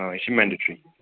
آ یہِ چھُ میٚنٛڈیٹری